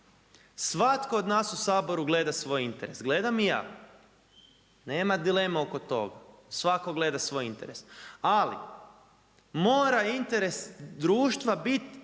Svatko od nas u Saboru gleda svoj interes – gledam i ja, nema dileme oko toga. Svatko gleda svoj interes, ali mora interes društva bit